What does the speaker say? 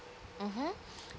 mmhmm